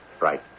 Right